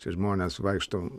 čia žmonės vaikšto